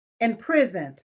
imprisoned